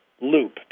loop